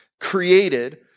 created